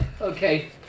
Okay